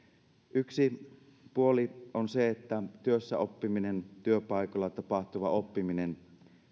yksi puoli on se että työssäoppimisen työpaikoilla tapahtuvan oppimisen